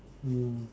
mm